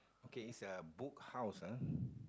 okay is a Book House ah